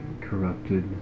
corrupted